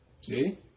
See